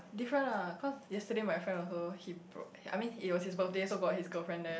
different ah cause yesterday my friend also he broke I mean it was his birthday so got his girlfriend there